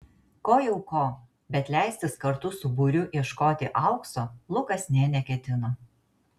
ko jau ko bet leistis kartu su būriu ieškoti aukso lukas nė neketino